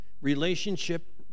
relationship